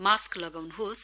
mask लगाउनुहोस्